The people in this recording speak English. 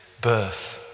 birth